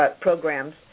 programs